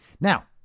now